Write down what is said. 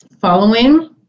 following